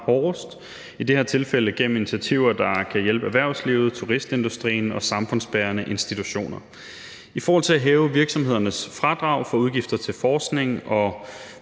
hårdest, og i det her tilfælde er det igennem initiativer, der kan hjælpe erhvervslivet, turistindustrien og samfundsbærende institutioner. I forhold til at hæve virksomhedernes fradrag for udgifter til forskning og